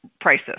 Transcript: prices